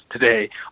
today